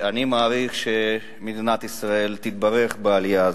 אני מעריך שמדינת ישראל תתברך בעלייה הזאת.